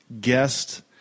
guest